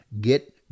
get